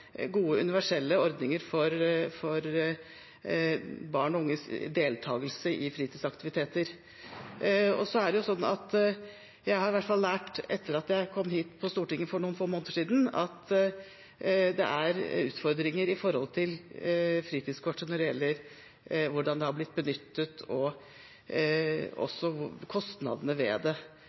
gode universelle ordninger for barn og unges deltakelse i fritidsaktiviteter. Etter at jeg kom hit på Stortinget for noen få måneder siden, har jeg i hvert fall lært at det er utfordringer knyttet til fritidskortet når det gjelder hvordan det er blitt benyttet, og kostnadene ved det.